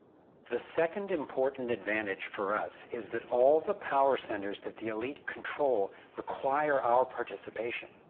the second important advantage for us is that all the power centers, that the elite controls require our participation.